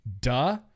duh